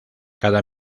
cada